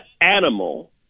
animal